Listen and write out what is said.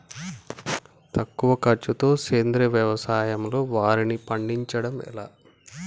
తక్కువ ఖర్చుతో సేంద్రీయ వ్యవసాయంలో వారిని పండించడం ఎలా?